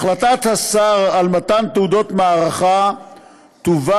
החלטת השר על מתן תעודות מערכה תובא